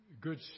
good